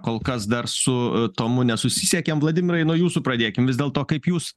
kol kas dar su tomu nesusisiekėm vladimirai nuo jūsų pradėkim vis dėlto kaip jūs